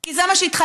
כי זה מה שהתחייבתם